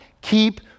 Keep